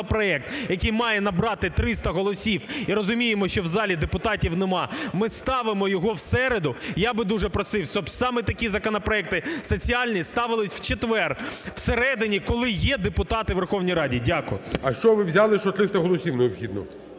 законопроект, який має набрати 300 і розуміємо, що в залі депутатів немає, ми ставимо його в середу. Я би дуже просив, щоб саме такі законопроекти соціальні ставились в четвер всередині, коли є депутати у Верховній Раді. Дякую. ГОЛОВУЮЧИЙ. А з чого ви взяли, що 300 голосів необхідно?